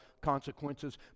consequences